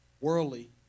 Worldly